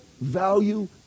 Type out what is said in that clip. value